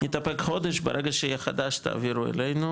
נתאפק חודש, ברגע שיהיה חדש תעבירו אלינו.